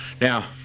Now